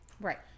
Right